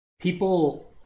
people